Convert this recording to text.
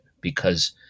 because-